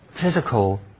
physical